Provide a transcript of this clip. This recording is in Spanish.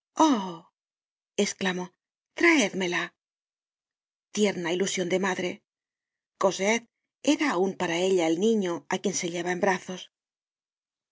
esclamó traédmela tierna ilusion de madre cosette era aun para ella el niño á quien se lleva en brazos